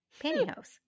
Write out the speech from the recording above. pantyhose